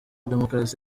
demokarasi